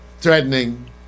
Threatening